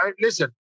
listen